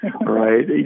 Right